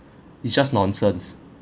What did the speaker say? it's just nonsense